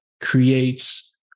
creates